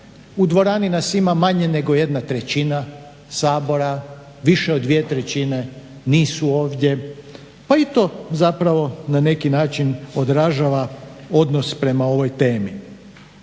U dvorani nas ima manje nego jedna trećina Sabora, više od dvije trećine nisu ovdje, pa i to zapravo na neki način odražava odnos prema ovoj temi.